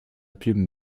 plumes